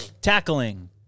Tackling